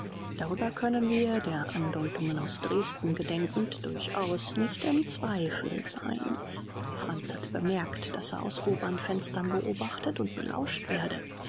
darüber können wir der andeutungen aus dresden gedenkend durchaus nicht im zweifel sein franz hatte bemerkt daß er aus oberen fenstern beobachtet und belauscht werde